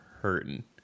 hurting